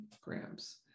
grams